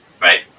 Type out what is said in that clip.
Right